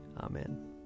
Amen